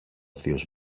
θείος